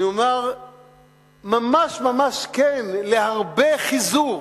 אני אומר ממש ממש כן להרבה חיזור.